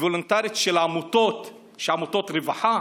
וולונטרית של עמותות רווחה,